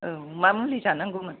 औ एम मुलि जानांगौमोन